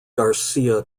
garcia